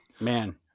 Man